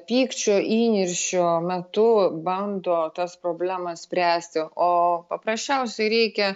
pykčio įniršio metu bando tas problemas spręsti o paprasčiausiai reikia